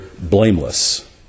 blameless